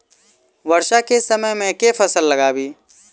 वर्षा केँ समय मे केँ फसल लगाबी?